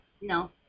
No